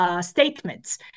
statements